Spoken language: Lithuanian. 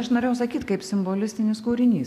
aš norėjau sakyt kaip simbolistinis kūrinys